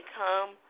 come